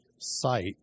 site